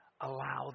Allow